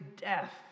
death